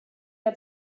had